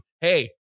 hey